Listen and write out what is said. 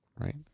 right